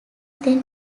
then